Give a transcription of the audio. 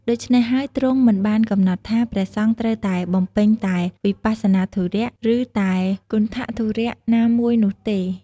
ដូច្នេះហើយ ទ្រង់មិនបានកំណត់ថា ព្រះសង្ឃត្រូវតែបំពេញតែវិបស្សនាធុរៈ ឬតែគន្ថធុរៈណាមួយនោះទេ។